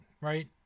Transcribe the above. right